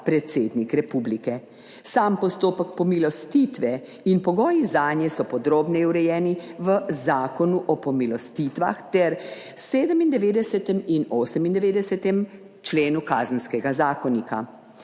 predsednik republike. Sam postopek pomilostitve in pogoji zanje so podrobneje urejeni v Zakonu o pomilostitvah ter 97. in 98. členu Kazenskega zakonika.